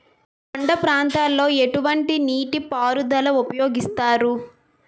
కొండ ప్రాంతాల్లో ఎటువంటి నీటి పారుదల ఉపయోగిస్తారు?